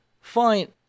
Fine